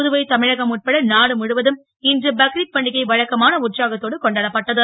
புதுவை தமிழகம் உட்பட நாடு முழுவதும் இன்று பக்ரித் பண்டிகை வழக்கமான உற்சாகத்தோடு கொண்டாடப்பட்டது